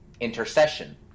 intercession